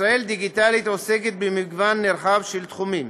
ישראל דיגיטלית עוסקת במגוון נרחב של תחומים